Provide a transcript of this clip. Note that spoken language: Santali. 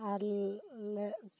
ᱟᱨ ᱞᱮ ᱞᱮ